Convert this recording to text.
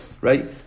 right